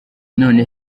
none